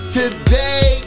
today